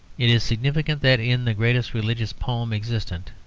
it is significant that in the greatest religious poem existent,